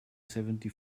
seventy